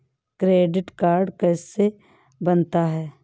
Credit card कैसे बनता है?